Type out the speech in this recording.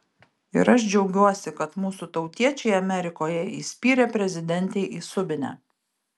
ir aš džiaugiuosi kad mūsų tautiečiai amerikoje įspyrė prezidentei į subinę